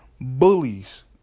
bullies